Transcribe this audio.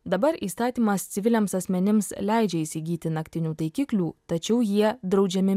dabar įstatymas civiliams asmenims leidžia įsigyti naktinių taikiklių tačiau jie draudžiami